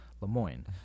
LeMoyne